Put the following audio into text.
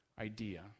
idea